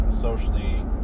socially